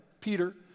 Peter